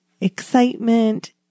excitement